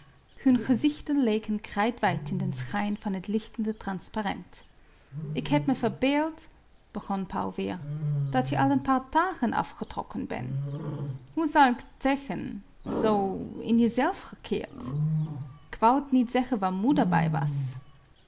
gezichten leken krijtwit in den schijn van het lichtende transparent ik heb me verbeeld begon pauw weer dat je al n paar dagen afgetrokken ben hoe zal k t zeggen zoo in je zelf gekeerd k wou t niet zeggen waar moeder bij was